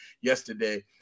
yesterday